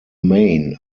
main